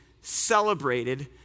celebrated